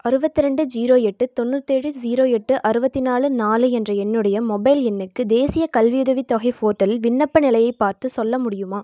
அறுபத்ரெண்டு zero எட்டு தொண்ணூத்தேழு zero எட்டு அறுபத்தினாலு நாலு என்ற என்னுடைய மொபைல் எண்ணுக்கு தேசியக் கல்வியுதவித் தொகை போர்ட்டலில் விண்ணப்ப நிலையைப் பார்த்துச் சொல்ல முடியுமா